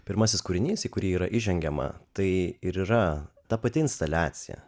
pirmasis kūrinys į kurį yra įžengiama tai ir yra ta pati instaliacija